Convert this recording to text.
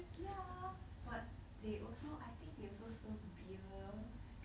ya but they also I think they also serve beer